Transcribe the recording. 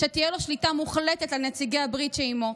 שתהיה לו שליטה מוחלטת על נציגי הברית שעימו.